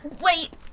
Wait